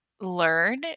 learn